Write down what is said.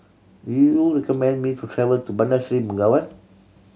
do you recommend me to travel to Bandar Seri Begawan